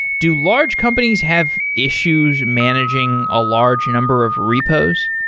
do large companies have issues managing a large number of repos?